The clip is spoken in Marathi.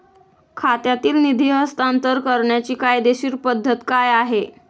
खात्यातील निधी हस्तांतर करण्याची कायदेशीर पद्धत काय आहे?